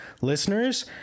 listeners